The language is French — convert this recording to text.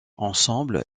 ensemble